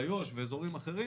איו"ש ואזורים אחרים,